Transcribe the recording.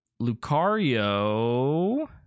Lucario